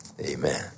amen